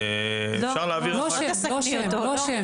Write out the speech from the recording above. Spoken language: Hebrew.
אל תסכני אותו.